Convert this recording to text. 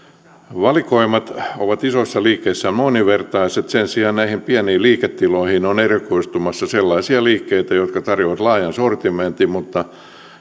valikoimat ovat isoissa liikkeissä moninvertaiset sen sijaan näihin pieniin liiketiloihin on erikoistumassa sellaisia liikkeitä jotka tarjoavat laajan sortimentin mutta